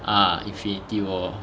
uh infinity war